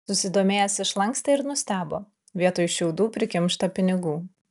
susidomėjęs išlankstė ir nustebo vietoj šiaudų prikimšta pinigų